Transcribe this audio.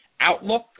Outlook